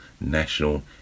National